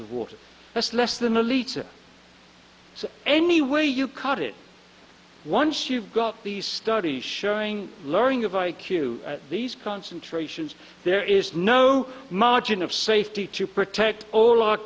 of water that's less than a liter so any way you cut it once you've got these studies showing learning of i q these concentrations there is no margin of safety to protect all our